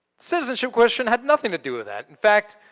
citizenship question had nothing to do with that. in fact,